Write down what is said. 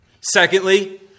Secondly